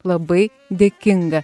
labai dėkinga